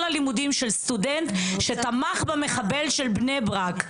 ללימודים של סטודנט שתמך במחבל של בני ברק.